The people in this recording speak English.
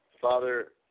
Father